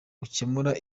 ukemura